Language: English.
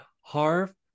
Harv